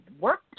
work